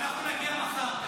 אנחנו נגיע מחר, תסכמו ביניכם.